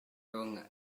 rhwng